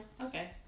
okay